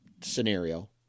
scenario